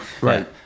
Right